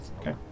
Okay